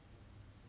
oh is it